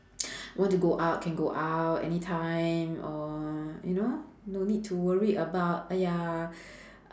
want to go out can go out anytime or you know no need to worry about !aiya!